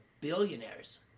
billionaires